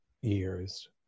years